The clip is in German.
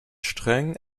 streng